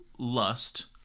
lust